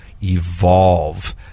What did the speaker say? evolve